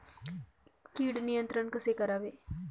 कीड नियंत्रण कसे करावे?